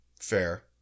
Fair